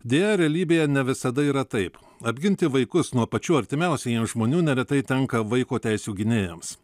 deja realybėje ne visada yra taip apginti vaikus nuo pačių artimiausių žmonių neretai tenka vaiko teisių gynėjams